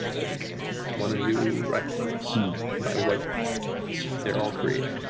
i just wanna do right by what they all created.